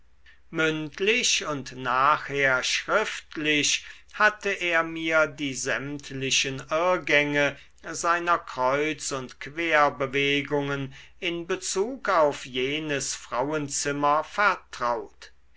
mündlich und nachher schriftlich hatte er mir die sämtlichen irrgänge seiner kreuz und querbewegungen in bezug auf jenes frauenzimmer vertraut